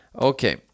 Okay